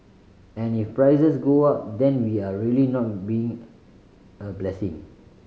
and if prices go up then we are really not being a blessing